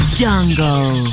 jungle